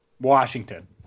Washington –